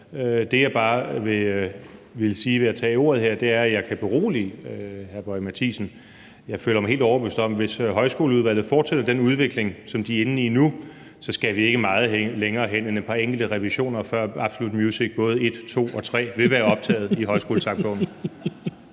Det, jeg bare vil sige ved at tage ordet her, er, at jeg kan berolige hr. Lars Boje Mathiesen om, at jeg føler mig helt overbevist om, at hvis Højskoleudvalget fortsætter den udvikling, som de er inde i nu, så skal vi ikke meget længere hen end et par enkelte revisioner, før både »Absolute Music« 1, 2 og 3 vil være optaget i Højskolesangbogen.